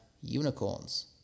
unicorns